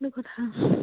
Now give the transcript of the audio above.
এইটো কথা